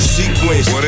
sequence